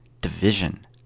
division